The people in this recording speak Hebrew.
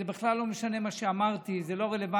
זה בכלל לא משנה מה שאמרתי, זה לא רלוונטי.